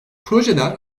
projeler